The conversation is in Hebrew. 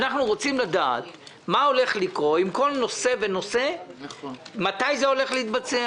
אנחנו רוצים לדעת מה הולך לקרות עם כל נושא ונושא: מתי יתבצע,